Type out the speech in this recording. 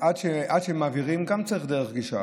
גם עד שמעבירים צריך דרך גישה,